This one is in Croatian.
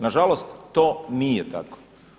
Nažalost, to nije tako.